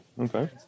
Okay